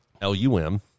L-U-M